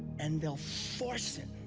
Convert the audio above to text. and they'll force it,